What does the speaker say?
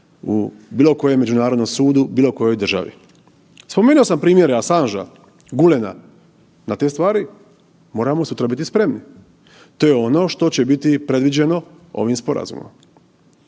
u bilo kojem međunarodnom sudu u bilo kojoj državi. Spomenuo sam primjere Asanža, Gulena na te stvati, moramo sutra biti spremni. To je ono što će biti predviđeno ovim sporazumom.